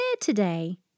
today